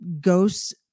ghosts